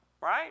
right